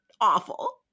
awful